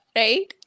right